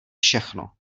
všechno